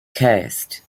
coast